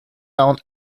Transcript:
down